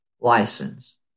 license